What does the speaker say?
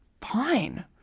Fine